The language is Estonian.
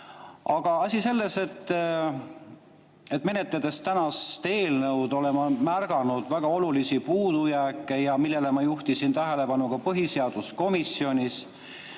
eelnõu saades. Menetledes tänast eelnõu, olen ma märganud väga olulisi puudujääke, millele ma juhtisin tähelepanu ka põhiseaduskomisjonis.